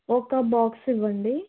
ఒక బాక్స్ ఇవ్వండి